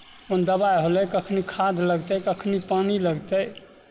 कोन दबाइ होलै कखनि खाद लगतै कखनि पानि लगतै